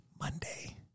Monday